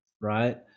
right